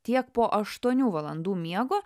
tiek po aštuonių valandų miego